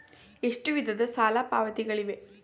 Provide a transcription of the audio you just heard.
ಎಷ್ಟು ವಿಧದ ಸಾಲ ಪಾವತಿಗಳಿವೆ?